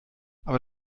aber